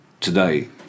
today